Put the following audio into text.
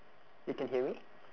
you can hear me